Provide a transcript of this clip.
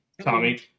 Tommy